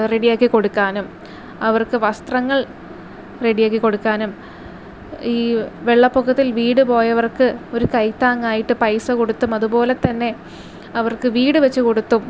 റെഡിയാക്കി കൊടുക്കാനും അവർക്ക് വസ്ത്രങ്ങൾ റെഡിയാക്കി കൊടുക്കാനും ഈ വെള്ളപ്പൊക്കത്തിൽ വീട് പോയവർക്ക് ഒര് കൈത്താങ്ങായിട്ട് പൈസ കൊടുത്തും അതുപോലെതന്നെ അവർക്ക് വീട് വെച്ച് കൊടുത്തും